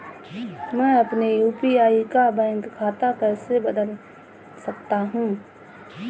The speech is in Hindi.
मैं अपने यू.पी.आई का बैंक खाता कैसे बदल सकता हूँ?